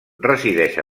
resideix